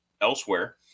elsewhere